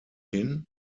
hin